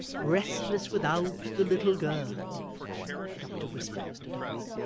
restless without the little girl the doctor whispered mr dombey.